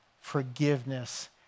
forgiveness